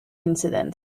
incidents